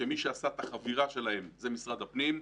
מי שעשה את החבירה שלהם זה משרד הפנים,